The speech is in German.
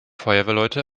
feuerwehrleute